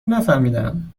نفهمیدم